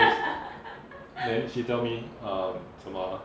then then she tell me uh 什么 ah